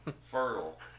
fertile